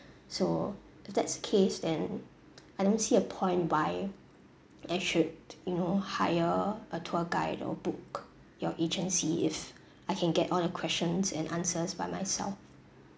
so if that's case then I don't see a point why I should you know hire a tour guide or book your agency if I can get all the questions and answers by myself